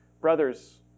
brothers